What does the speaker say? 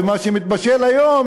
ומה שמתבשל היום,